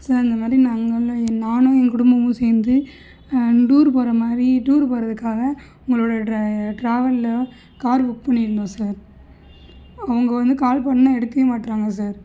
sir இந்த மாதிரி நாங்களும் நானும் என் குடும்பமும் சேர்ந்து டூர் போகிற மாதிரி டூர் போகிறதுக்காக உங்களுளோட டிராவலில் கார் புக் பண்ணியிருந்தோம் சார் அவங்க வந்து கால் பண்ணிணா எடுக்கவே மாட்டேறாங்க சார்